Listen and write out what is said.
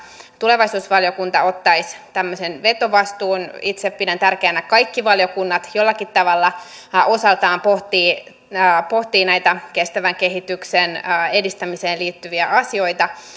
tulevaisuusvaliokunta ottaisi tämmöisen vetovastuun itse pidän tärkeänä että kaikki valiokunnat jollakin tavalla osaltaan pohtivat näitä kestävän kehityksen edistämiseen liittyviä asioita niin kysyisin